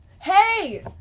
hey